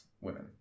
women